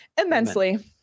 immensely